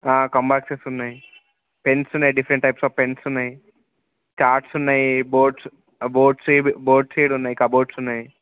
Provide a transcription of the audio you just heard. కంబాక్సెస్ ఉనణాయవ పెన్స్ ఉన్నాయి different types of pens ఉన్నాయి చాట్స్ ఉన్నాయి బోర్డ్సు బోర్డ్సు ఇవి బోర్డ్సు ఇక్కడున్నాయి కబోర్డ్స్ ఉన్నాయి